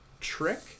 trick